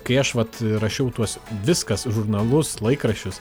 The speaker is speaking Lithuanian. kai aš vat rašiau tuos viskas žurnalus laikraščius